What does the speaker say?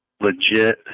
legit